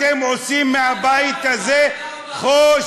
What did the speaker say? אתם עושים מהבית הזה חושך.